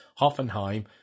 Hoffenheim